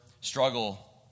struggle